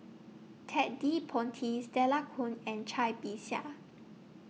Ted De Ponti Stella Kon and Cai Bixia